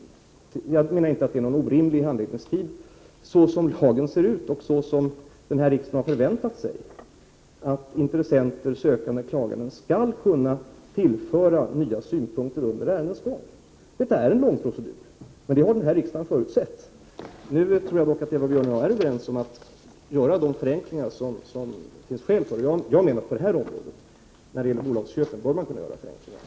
Jag menar att det inte är någon orimlig handläggningstid såsom lagen ser ut och såsom denna riksdag har förväntat sig att intressenter, sökande och klagande, skall kunna tillföra nya synpunkter under ärendets gång. Det är en lång procedur. Men det har denna riksdag förutsett. Jag tror dock att Eva Björne och jag är överens om att göra de förenklingar det finns skäl för. Jag menar att man på detta område, när det gäller bolagsköpen, bör kunna göra förenklingar.